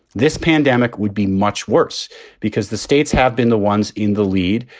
this pandemic would be much worse because the states have been the ones in the lead,